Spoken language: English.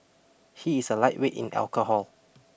he is a lightweight in alcohol